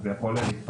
אז זה יכול להתפספס.